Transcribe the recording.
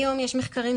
היום יש מחקרים,